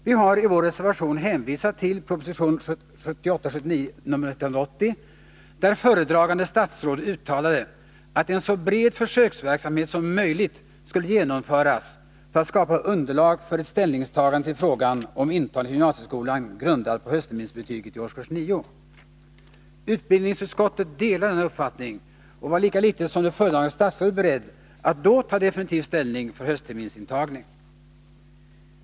Vi har i vår reservation 49 hänvisat till proposition 1978/79:180, där föredragande statsrådet uttalade att en så bred försöksverksamhet som möjligt skulle genomföras för att skapa underlag för ett ställningstagande till frågan om intagning till gymnasieskolan, grundad på höstterminsbetyget i årskurs 9. Utbildningsutskottet delade denna uppfattning och var lika litet som det föredragande statsrådet berett att då ta definitiv ställning för höstterminsintagning.